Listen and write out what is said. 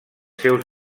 seus